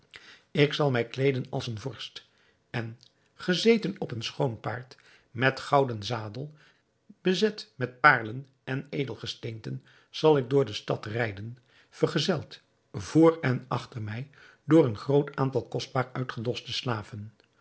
ik zal mij kleeden als een vorst en gezeten op een schoon paard met gouden zadel bezet met paarlen en edelgesteenten zal ik door de stad rijden vergezeld voor en achter mij door een groot aantal kostbaar uitgedoste slaven